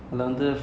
mm